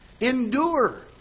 Endure